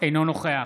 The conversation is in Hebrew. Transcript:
אינו נוכח